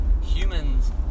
Humans